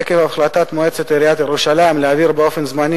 עקב החלטת מועצת עיריית ירושלים להעביר באופן זמני